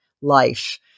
life